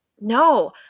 No